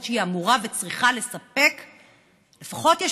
למרות שהיא אמורה וצריכה לספק,